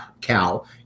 Cal